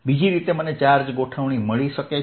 બીજી રીતે મને ચાર્જ ગોઠવણી મળી શકે છે